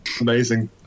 Amazing